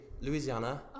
Louisiana